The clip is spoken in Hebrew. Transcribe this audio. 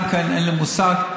אין לי מושג.